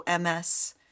MS